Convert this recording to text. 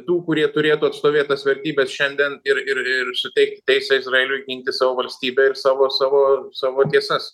tų kurie turėtų atstovėt tas vertybes šiandien ir ir ir suteikt teisę izraeliui ginti savo valstybę ir savo savo savo tiesas